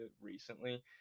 recently